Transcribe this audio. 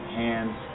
hands